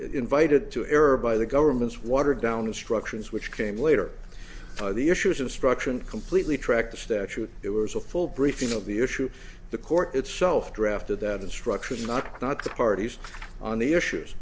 invited to error by the government's watered down instructions which came later the issues of structure and completely track the statute it was a full briefing of the issue the court itself drafted that instructions not not the parties on the issues